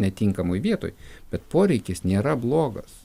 netinkamoj vietoj bet poreikis nėra blogas